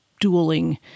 dueling